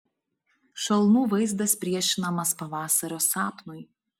šalnų vaizdas priešinamas pavasario sapnui